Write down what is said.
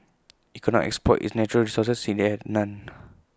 IT could not exploit its natural resources since IT had none